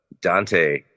Dante